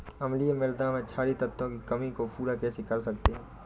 अम्लीय मृदा में क्षारीए तत्वों की कमी को कैसे पूरा कर सकते हैं?